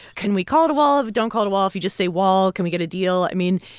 can we call it a wall? if we don't call it a wall, if you just say wall, can we get a deal? i mean,